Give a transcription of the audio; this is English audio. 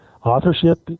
Authorship